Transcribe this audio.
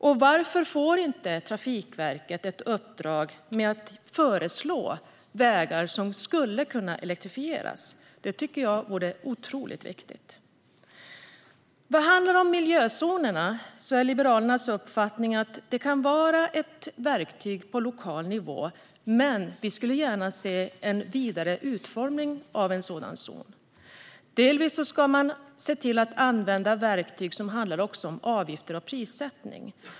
Och varför får inte Trafikverket i uppdrag att föreslå vägar som skulle kunna elektrifieras? Det är otroligt viktigt. Vad gäller miljözoner är Liberalernas uppfattning att det kan vara ett verktyg på lokal nivå, men vi skulle gärna se en vidare utformning av sådana zoner. Delvis ska man se till att använda verktyg som handlar om avgifter och prissättning.